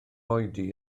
oedi